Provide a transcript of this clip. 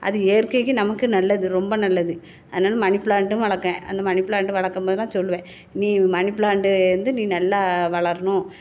அது இயற்கைக்கு நமக்கு நல்லது ரொம்ப நல்லது அதனால் மணி ப்ளாண்ட் வளர்க்றேன் அந்த மணி ப்ளாண்ட் வளர்க்கும் போதெல்லாம் சொல்லுவேன் நீ மணி ப்ளாண்ட்டு வந்து நல்லா வளரணும்